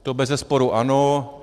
To bezesporu ano.